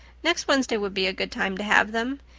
next wednesday would be a good time to have them.